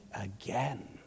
again